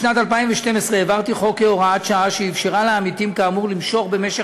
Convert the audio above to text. בשנת 2012 העברתי כהוראת שעה חוק שאפשר לעמיתים כאמור למשוך במשך